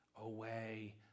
away